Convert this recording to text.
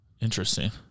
Interesting